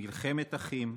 מלחמת אחים,